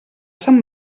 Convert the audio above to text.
sant